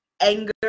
anger